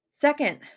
Second